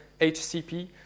HCP